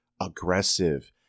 aggressive